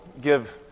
give